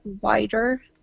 wider